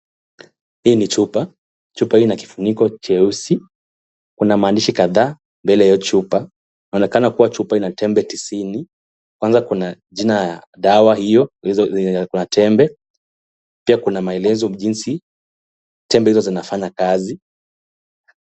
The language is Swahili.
Hii ni chupa, chupa hii ina kifuniko cheusi. Kuna maandishi kadhaa mbele ya chupa. inaonekana chupa ina tembe tisini. Kwanza kuna jina ya dawa hiyo yenye iko na tembe. Pia kuna maelezo jinsi tembe hizo zinafanya kazi .